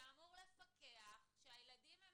שאמור לפקח, שהילדים הם